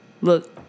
look